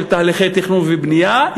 של תהליכי תכנון ובנייה,